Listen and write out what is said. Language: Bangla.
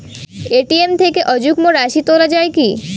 এ.টি.এম থেকে অযুগ্ম রাশি তোলা য়ায় কি?